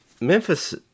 memphis